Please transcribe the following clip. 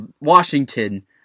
Washington